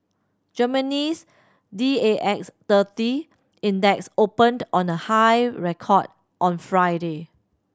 Germany's D A X thirty Index opened on a high record on Friday